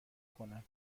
کنم